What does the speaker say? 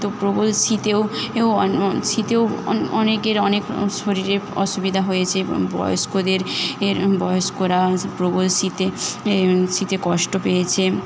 এই তো প্রবল শীতেও এও অন অন শীতেও অন অনেকের অনেক শরীরের অসুবিধা হয়েছে বয়স্কদের এর বয়স্করা প্রবল শীতে এ শীতে কষ্ট পেয়েছে